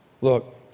Look